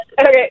okay